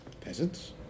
peasants